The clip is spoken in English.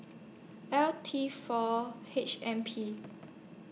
L seven four H M P